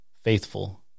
faithful